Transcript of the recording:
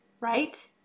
right